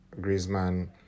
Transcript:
Griezmann